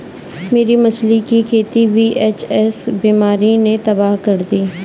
मेरी मछली की खेती वी.एच.एस बीमारी ने तबाह कर दी